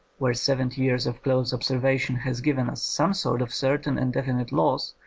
where seventy years of close observation has given us some sort of certain and definite laws,